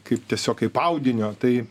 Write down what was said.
kaip tiesiog kaip audinio tai